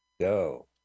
go